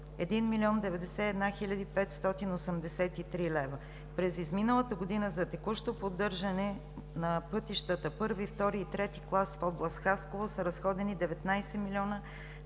91 хил. 583 лв. През изминалата година за текущо поддържане на пътищата I, II и III клас в област Хасково са разходени 19 млн.